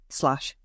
slash